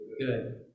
good